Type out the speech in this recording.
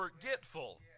forgetful